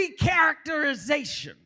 recharacterization